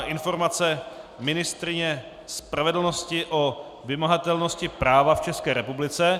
Informace ministryně spravedlnosti o vymahatelnosti práva v České republice